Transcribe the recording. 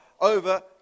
over